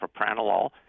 propranolol